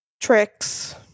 tricks